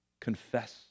confess